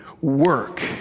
work